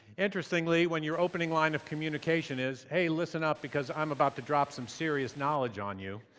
interestingly, when your opening line of communication is, hey, listen up, because i'm about to drop some serious knowledge on you,